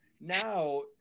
now